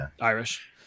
Irish